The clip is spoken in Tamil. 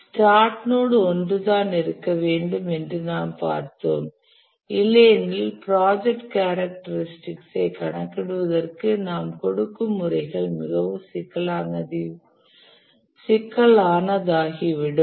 ஸ்டார்ட் நோட் ஒன்று தான் இருக்க வேண்டும் என்று நாம் பார்த்தோம் இல்லையெனில் ப்ராஜெக்ட் கேரக்டரிஸ்டிகஸ் ஐ கணக்கிடுவதற்கு நாம் கொடுக்கும் முறைகள் மிகவும் சிக்கலானதாகிவிடும்